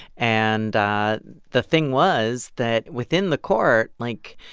and the thing was that within the court, like,